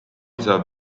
saab